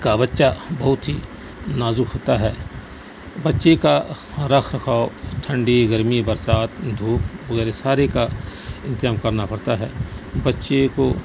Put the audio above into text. کا بچہ بہت ہی نازک ہوتا ہے بچے کا رکھ رکھاؤ ٹھنڈی گرمی برسات دھوپ وغیرہ سارے کا انتظام کرنا پڑتا ہے بچے کو